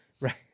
right